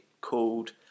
called